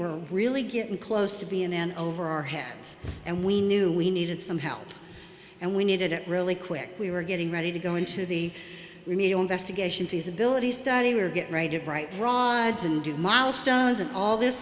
were really getting close to be in and over our heads and we knew we needed some help and we needed it really quick we were getting ready to go into the remedial investigation feasibility study or get righted right broads and do milestones and all this